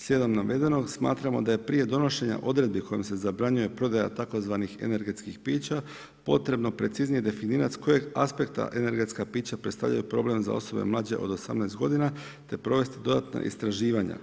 Slijedom navedenog, smatramo da je prije donošenja odredbi kojom se zabranjuje prodaja tzv. energetskih pića potrebno preciznije definirati s kojih aspekta energetska pića predstavljaju problem za osobe mlađe od 18 g., te provesti dodatna istraživanja.